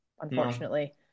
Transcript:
unfortunately